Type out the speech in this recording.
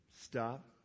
Stop